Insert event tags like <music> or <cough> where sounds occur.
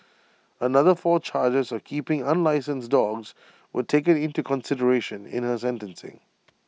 <noise> another four charges of keeping unlicensed dogs were taken into consideration in her sentencing